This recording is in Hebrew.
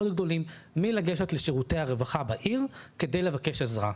גדולים מלגשת לשירותי הרווחה בעיר על מנת לבקש מהם עזרה.